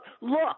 Look